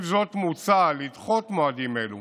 עם זאת, מוצע לדחות מועדים אלו